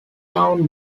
down